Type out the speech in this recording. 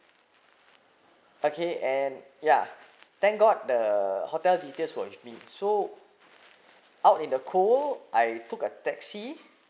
okay and ya thank god the hotel details were with me so out in the cold I took a taxi